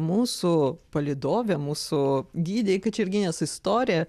mūsų palydovė mūsų gidė į kačerginės istoriją